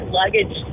luggage